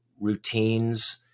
routines